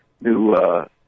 new